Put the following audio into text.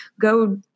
go